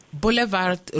Boulevard